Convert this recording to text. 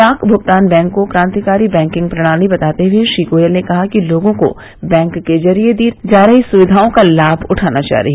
डाक भुगतान बैंक को क्रांतिकारी बैंकिंग प्रणाली बताते हुए श्री गोयल ने कहा कि लोगों को बैंक के जरिए दी जा रही सुविधाओं का लाभ उठाना चाहिए